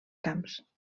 camps